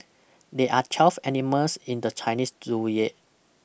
there are twelve animals in the Chinese